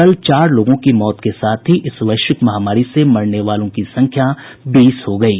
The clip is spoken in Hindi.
कल चार लोगों की मौत के साथ ही इस वैश्विक महामारी से मरने वालों की संख्या बीस हो गयी